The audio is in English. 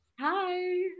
Hi